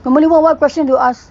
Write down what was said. commonly one what what question to ask